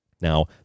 Now